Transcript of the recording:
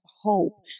hope